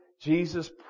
Jesus